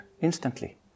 instantly